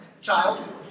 child